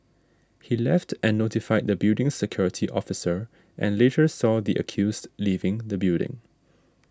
he left and notified the building's security officer and later saw the accused leaving the building